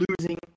losing